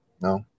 No